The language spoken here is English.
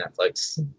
Netflix